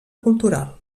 cultural